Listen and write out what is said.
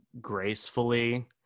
gracefully